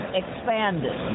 expanded